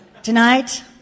Tonight